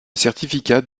certificat